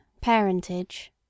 Parentage